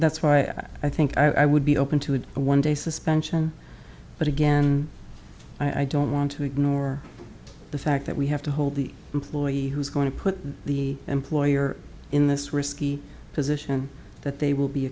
that's why i think i would be open to it one day suspension but again i don't want to ignore the fact that we have to hold the employee who's going to put the employer in this risky position that they will be